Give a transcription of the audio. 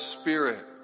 spirit